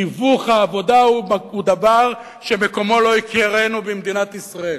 תיווך העבודה הוא דבר שמקומו לא יכירנו במדינת ישראל.